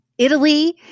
Italy